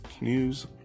news